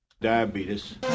Diabetes